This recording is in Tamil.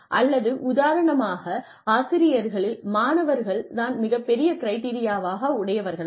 அல்லது உதாரணமாக ஆசிரியர்களில் மாணவர்கள் தான் மிகப்பெரிய கிரிட்டெரியா உடையவர்களா